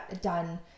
done